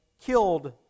killed